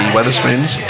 Weatherspoons